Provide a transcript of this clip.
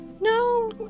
No